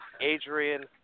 Adrian